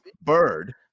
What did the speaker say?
bird